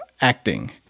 acting